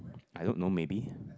I don't know maybe